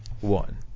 one